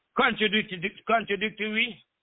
contradictory